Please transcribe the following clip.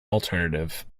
alternative